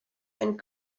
and